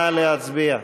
נא להצביע.